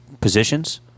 positions